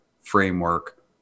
framework